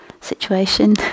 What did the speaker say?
situation